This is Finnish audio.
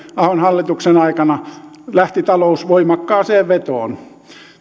ahon hallituksen aikana lähti talous voimakkaaseen vetoon